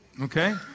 okay